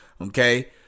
okay